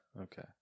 Okay